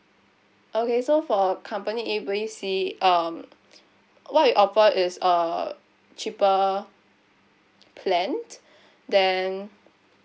okay so for company A B C um what we offer is a cheaper plan than